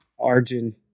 Arjun